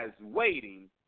waiting